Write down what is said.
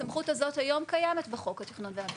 הסמכות הזאת היום קיימת בחוק התכנון והבנייה.